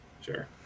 Sure